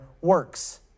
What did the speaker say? works